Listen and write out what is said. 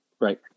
Right